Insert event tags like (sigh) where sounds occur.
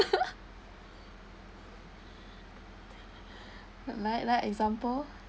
(laughs) like like example